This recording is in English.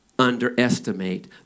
underestimate